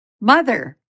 Mother